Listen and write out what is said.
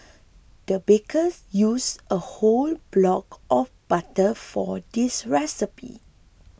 the bakers used a whole block of butter for this recipe